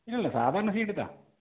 இல்லை இல்லை சாதாரண ஷீட்டு தான்